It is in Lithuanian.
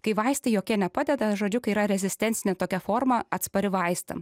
kai vaistai jokie nepadeda žodžiu kai yra rezistencinė tokia forma atspari vaistam